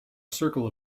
circle